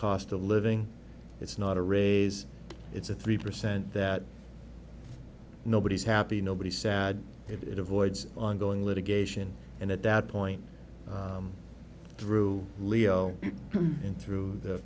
cost of living it's not a raise it's a three percent that nobody is happy nobody sad it avoids ongoing litigation and at that point through leo and through the